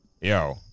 yo